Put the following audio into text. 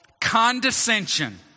condescension